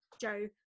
joe